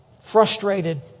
frustrated